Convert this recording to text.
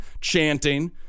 chanting